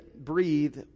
breathe